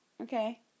Okay